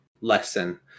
lesson